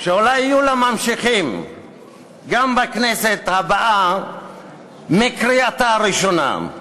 ואולי יהיו לה ממשיכים בכנסת הבאה מקריאתה הראשונה.